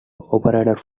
operated